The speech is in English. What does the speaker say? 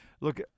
look